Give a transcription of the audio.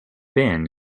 been